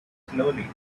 slowly